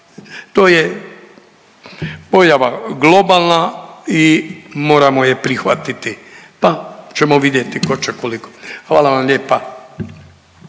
to je pojava globalna i moramo je prihvatiti, pa ćemo vidjeti tko će koliko. Hvala vam lijepa.